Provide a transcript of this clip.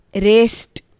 Rest